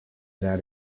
that